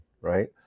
right